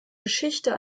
geschichte